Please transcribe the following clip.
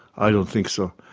i don't think so.